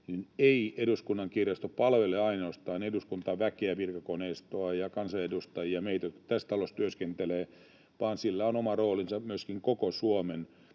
ei Eduskunnan kirjasto palvele ainoastaan eduskuntaväkeä, virkakoneistoa ja kansanedustajia, meitä, jotka tässä talossa työskentelemme, vaan sillä on oma roolinsa myöskin koko Suomen